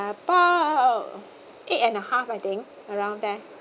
about eight and a half I think around there